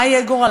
מה יהיה גורלם?